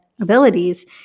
abilities